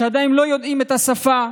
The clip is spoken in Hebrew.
שעדיין לא יודעים את השפה,